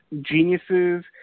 geniuses